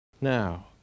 Now